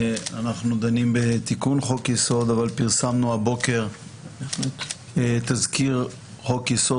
אנחנו דנים בתיקון חוק יסוד אבל פרסמנו הבוקר תזכיר חוק-יסוד,